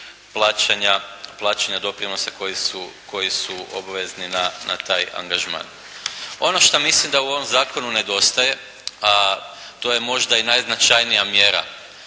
plaćanja doprinosa koji su obvezni na taj angažman. Ono što mislim da u ovom zakonu nedostaje, a to je možda i najznačajnija mjera